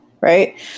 right